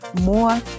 more